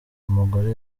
umugore